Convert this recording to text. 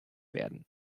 werden